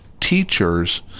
teachers